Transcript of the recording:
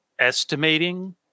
estimating